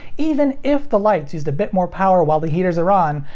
even if the lights used a bit more power while the heaters are on,